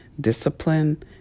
discipline